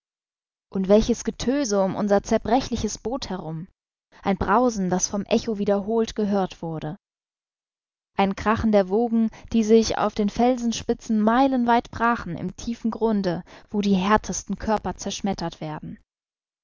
und welches getöse um unser zerbrechliches boot herum ein brausen das vom echo wiederholt gehört wurde ein krachen der wogen die sich auf den felsenspitzen meilenweit brachen im tiefen grunde wo die härtesten körper zerschmettert werden